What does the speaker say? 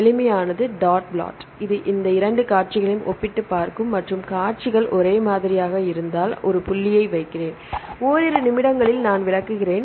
எளிமையானது dot plot இது இந்த இரண்டு காட்சிகளையும் ஒப்பிட்டுப் பார்க்கும் மற்றும் காட்சிகள் ஒரே மாதிரியாக இருந்தால் ஒரு புள்ளியை வைக்கிறேன் ஓரிரு நிமிடங்களில் நான் விளக்குகிறேன்